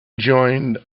joined